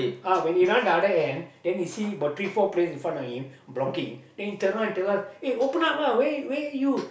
uh when he run the other end then he see about three four players in front of him blocking then he turn around and tell us eh open up lah where where you